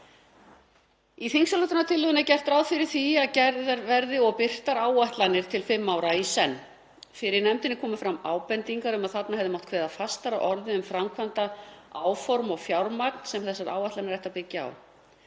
Í þingsályktunartillögunni er gert ráð fyrir því að gerðar verði áætlanir og birtar til fimm ára í senn. Fyrir nefndinni komu fram ábendingar um að þarna hefði mátt kveða fastar að orði um framkvæmdaáform og fjármagn sem þessar áætlanir ættu að byggjast á.